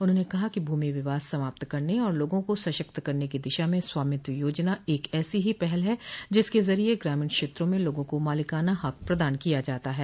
उन्होंने कहा कि भूमि विवाद समाप्त करने और लोगों को सशक्त करने की दिशा में स्वामित्व योजना एक ऐसी ही पहल है जिसके जरिए ग्रामीण क्षेत्रों में लोगों को मालिकाना हक प्रदान किया जाता है